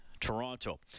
toronto